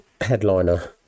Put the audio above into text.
headliner